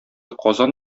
казан